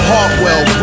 Hartwell